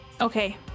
Okay